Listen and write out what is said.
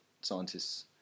scientists